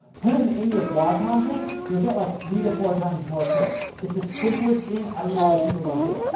put em in your blog content. you'll get like, three to four times more clicks. it's the simplest thing. i don't know why people don't do it.